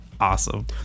awesome